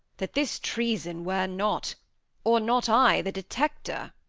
that this treason were not or not i the detector!